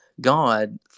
God